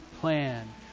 plan